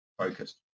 focused